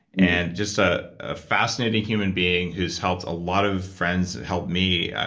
and just ah a fascinating human being who's helped a lot of friends, helped me,